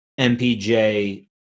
MPJ